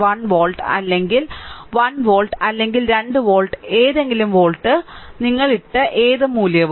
1 volt അല്ലെങ്കിൽ 1 volt അല്ലെങ്കിൽ 2 volt ഏതെങ്കിലും വോൾട്ട് നിങ്ങൾ ഇട്ട ഏത് മൂല്യവും